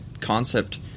concept